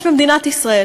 יש במדינת ישראל